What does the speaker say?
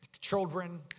children